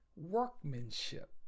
workmanship